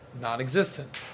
Non-existent